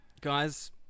Guys